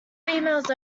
females